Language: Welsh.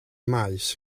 maes